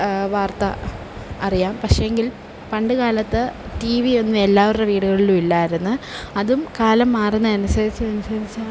വാർത്ത അറിയാം പക്ഷെ എങ്കിൽ പണ്ടു കാലത്ത് ടിവി ഒന്നും എല്ലാവരുടെ വീടുകളിലും ഇല്ലായിരുന്നു അതും കാലം മാറുന്നത് അനുസരിച്ച് അനുസരിച്ചാണ്